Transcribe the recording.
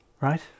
Right